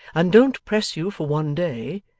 and don't press you for one day,